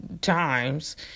times